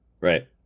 Right